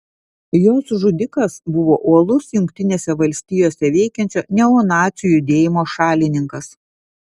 jos žudikas buvo uolus jungtinėse valstijose veikiančio neonacių judėjimo šalininkas